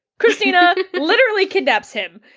kristina literally kidnaps him.